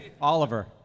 Oliver